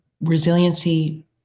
Resiliency